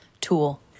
tool